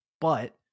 But-